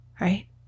Right